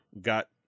got